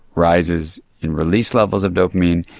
rises in release levels of dopamine,